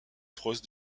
frost